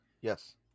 Yes